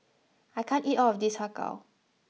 I can't eat all of this Har Gow